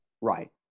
Right